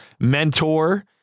mentor